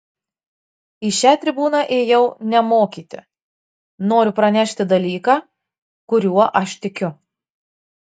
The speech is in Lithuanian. į šią tribūną ėjau ne mokyti noriu pranešti dalyką kuriuo aš tikiu